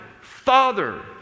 Father